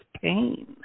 pain